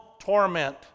torment